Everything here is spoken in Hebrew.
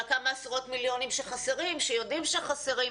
על הכמה עשרות מיליונים שיודעים חסרים.